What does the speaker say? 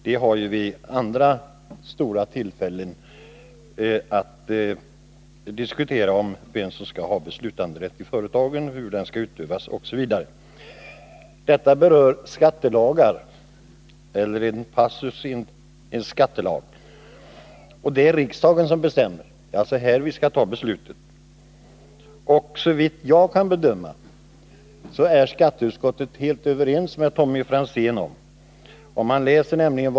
Vi har andra tillfällen att diskutera vem som skall ha beslutanderätten i företagen, hur denna skall utövas osv. Nu gäller det en passus i en skattelag, och där är det riksdagen som bestämmer — det är här vi ska ta besluten. Såvitt jag kan bedöma är skatteutskottet helt överens med Tommy Franzén.